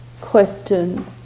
question